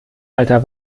alter